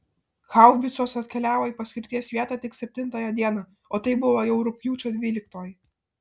haubicos atkeliavo į paskirties vietą tik septintąją dieną o tai buvo jau rugpjūčio dvyliktoji